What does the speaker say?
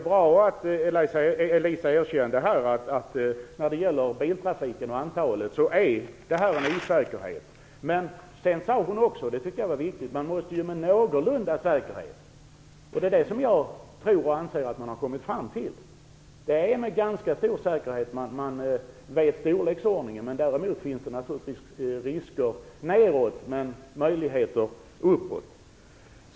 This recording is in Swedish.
Fru talman! Det är ju bra att Elisa Abascal Reyes erkände att det råder osäkerhet när det gäller biltrafiken och antalet. Det är med ganska stor säkerhet som man vet storleksordningen, men det finns naturligtvis risker nedåt och möjligheter uppåt.